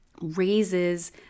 raises